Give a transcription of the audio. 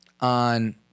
on